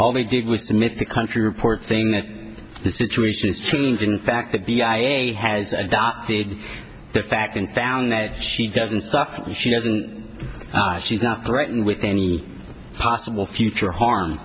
all they did was to make the country report thing that the situation has changed in fact that the i a e a has adopted that fact and found that she doesn't stuff she doesn't she's not threatened with any possible future harm